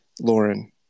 Lauren